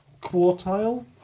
quartile